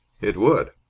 it would.